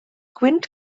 gwynt